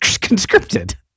conscripted